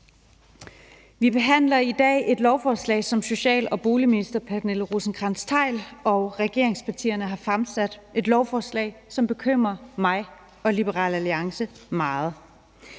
Vi behandler i dag et lovforslag, som social- og boligministeren og regeringspartierne har fremsat, et lovforslag, som bekymrer mig og Liberal Alliance meget.